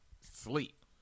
sleep